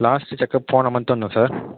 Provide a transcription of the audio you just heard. last checkup போன month வந்தோம் sir